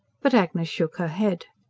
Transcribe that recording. but agnes shook her head.